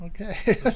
Okay